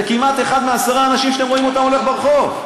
זה כמעט אחד מעשרה אנשים שאתם רואים אותם הולכים ברחוב.